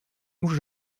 mouche